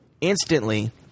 instantly